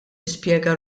nispjega